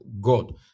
God